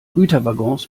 güterwaggons